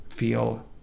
feel